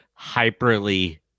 hyperly